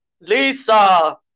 Lisa